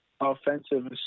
offensive